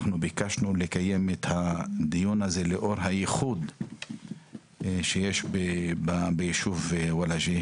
אנחנו ביקשנו לקיים את הדיון הזה לאור הייחוד שיש ביישוב וולאג'ה.